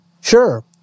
Sure